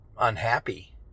unhappy